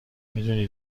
میدونی